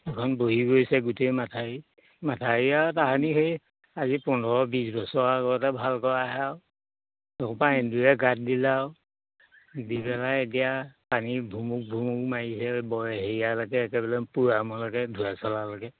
এখন বহি গৈছে গোটেই মাথাউৰী মাথাউৰী তাহানি সেই আজি পোন্ধৰ বিছ বছৰ আগতে ভালকৈ আহে দুখ পাই এন্দুৰে গাত দিলেও দি পেলাই এতিয়া পানী ভুমুক ভুমুক মাৰিহে ব হেৰিয়ালৈকে একেবাৰে পূৰামলৈকে ধুৰা চলালৈকে